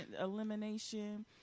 elimination